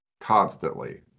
constantly